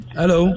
Hello